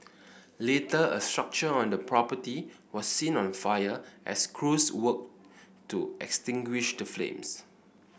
later a structure on the property was seen on fire as crews worked to extinguish the flames